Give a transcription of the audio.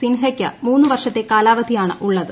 സിൻഹയ്ക്ക് മൂന്ന് വർഷത്തെ കാലാവധിയാണുള്ളത്